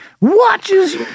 Watches